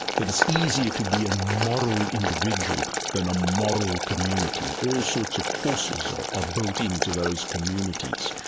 that it's easier to be a moral individual than a moral community. all sorts of forces are ah built into those communities,